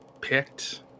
picked